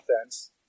offense